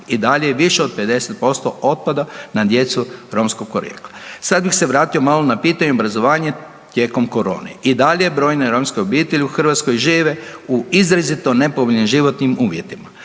i dalje je više od 50% otpada na djecu romskog porijekla. Sad bih se vratio malo na pitanje obrazovanja tijekom korone. I dalje brojne romske obitelji u Hrvatskoj žive u izrazito nepovoljnim životnim uvjetima.